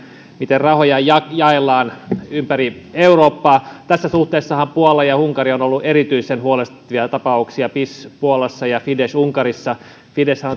miten rahoja jaellaan ympäri eurooppaa tässä suhteessahan puola ja unkari ovat olleet erityisen huolestuttavia tapauksia pis puolassa ja fidesz unkarissa fideszhän